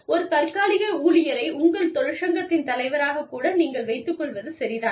ஒரு தற்காலிக ஊழியரை உங்கள் தொழிற்சங்கத்தின் தலைவராக கூட நீங்கள் வைத்துக் கொள்வது சரி தான்